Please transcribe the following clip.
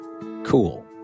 cool